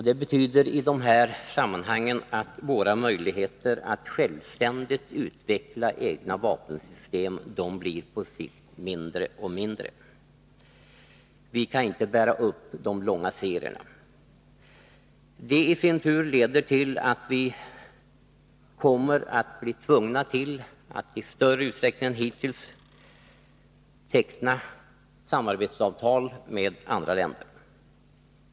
Det betyder i det här sammanhanget att våra möjligheter att självständigt utveckla egna vapensystem på sikt blir mindre och mindre. Vi kan inte bära upp de långa serierna. Det i sin tur leder till att vi kommer att bli tvungna att i större utsträckning än hittills teckna samarbetsavtal med andra länder.